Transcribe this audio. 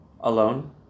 alone